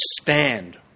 stand